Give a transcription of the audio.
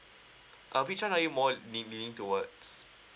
uh which one are you more lean~ leaning towards